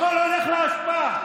הכול הולך לאשפה.